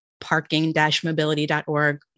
parking-mobility.org